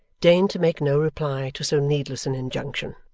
deigned to make no reply to so needless an injunction,